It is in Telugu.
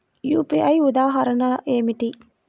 యూ.పీ.ఐ ఉదాహరణ ఏమిటి?